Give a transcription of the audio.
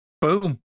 boom